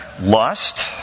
lust